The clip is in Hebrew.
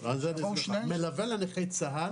מלווה לנכה צה"ל,